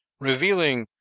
revealing,